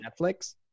Netflix